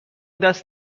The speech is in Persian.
دست